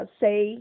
say